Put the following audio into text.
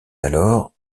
alors